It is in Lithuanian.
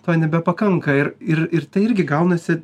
to nebepakanka ir ir ir tai irgi gaunasi